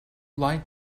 lied